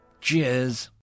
Cheers